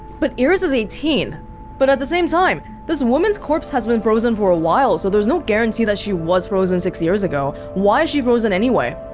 but iris is eighteen but at the same time, this woman's corpse has been frozen for a while so there's no guarantee that she was frozen six years ago why is she frozen, anyway?